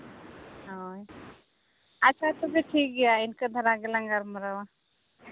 ᱦᱳᱭ ᱟᱪᱪᱷᱟ ᱛᱚᱵᱮ ᱴᱷᱤᱠ ᱜᱮᱭᱟ ᱤᱱᱠᱟᱹ ᱫᱷᱟᱨᱟ ᱜᱮᱞᱟᱝ ᱜᱟᱞᱢᱟᱨᱟᱣᱟ